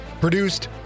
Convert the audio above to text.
Produced